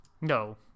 No